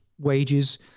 wages